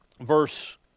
Verse